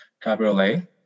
Cabriolet